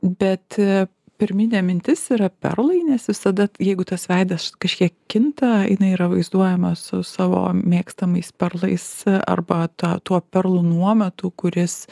bet pirminė mintis yra perlai nes visada jeigu tas veidas kažkiek kinta jinai yra vaizduojama su savo mėgstamais perlais arba ta tuo perlu nuometu kuris